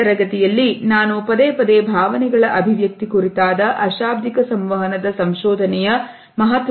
ಈ ತರಗತಿಯಲ್ಲಿ ನಾನು ಪದೇಪದೇ ಭಾವನೆಗಳ ಅಭಿವ್ಯಕ್ತಿ ಕುರಿತಾದ ಅಶಾಬ್ದಿಕ ಸಂವಹನದ ಸಂಶೋಧನೆಯ ಮಹತ್ವವನ್ನು ಉಲ್ಲೇಖಿಸಿದ್ದೇನೆ